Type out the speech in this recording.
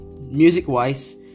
music-wise